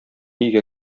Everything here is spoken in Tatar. өйгә